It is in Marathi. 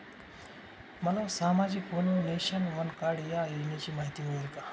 मला सामाजिक वन नेशन, वन कार्ड या योजनेची माहिती मिळेल का?